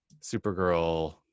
Supergirl